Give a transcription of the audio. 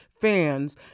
fans